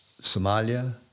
Somalia